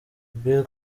bill